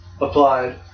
applied